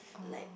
like